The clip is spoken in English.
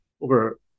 over